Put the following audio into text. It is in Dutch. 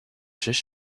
zus